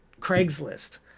Craigslist